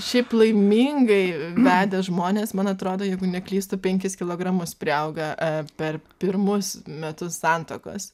šiaip laimingai vedę žmonės man atrodo jeigu neklystu penkis kilogramus priauga per pirmus metus santuokos